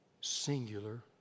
singular